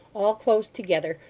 all close together,